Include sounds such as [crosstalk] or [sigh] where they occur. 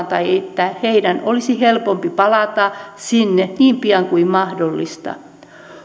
[unintelligible] tai että heidän olisi helpompi palata sinne niin pian kuin mahdollista